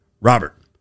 Robert